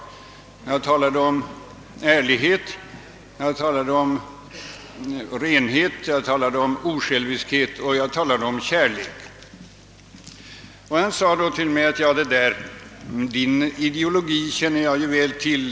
Jag talade om ärlighet, renhet, osjälviskhet och kärlek. Han sade då till mig: »Din ideologi känner jag väl till.